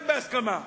רק בהסכמה.